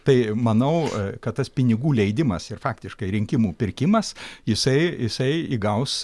tai manau kad tas pinigų leidimas ir faktiškai rinkimų pirkimas jisai jisai įgaus